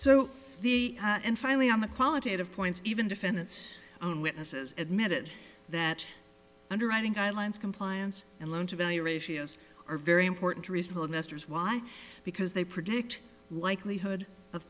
so the and finally on the qualitative points even defend its own witnesses admitted that underwriting guidelines compliance and loan to value ratios are very important to reasonable investors why because they predict likelihood of